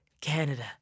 Canada